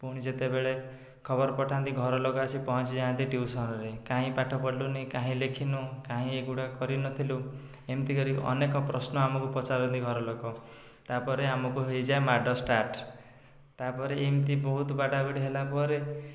ପୁଣି ଯେତେବେଳେ ଖବର ପଠାନ୍ତି ଘରଲୋକ ଆସି ପହଞ୍ଚି ଯାଆନ୍ତି ଟ୍ୟୁସନ୍ରେ କାହିଁ ପାଠ ପଢ଼ିଲୁନି କାହିଁ ଲେଖିନୁ କାହିଁ ଏଗୁଡ଼ାକ କରି ନଥିଲୁ ଏମିତି କରିକି ଅନେକ ପ୍ରଶ୍ନ ଆମକୁ ପଚାରନ୍ତି ଘର ଲୋକ ତା'ପରେ ଆମକୁ ହୋଇଯାଏ ମାଡ ଷ୍ଟାର୍ଟ୍ ତା'ପରେ ଏମିତି ବହୁତ ବାଡ଼ାବାଡ଼ି ହେଲା ପରେ